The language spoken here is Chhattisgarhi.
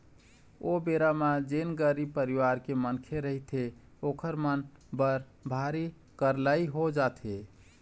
ओ बेरा म जेन गरीब परिवार के मनखे रहिथे ओखर मन बर भारी करलई हो जाथे